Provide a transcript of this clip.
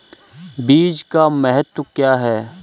बीज का महत्व क्या है?